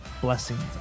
Blessings